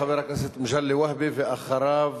חבר הכנסת מגלי והבה, ואחריו,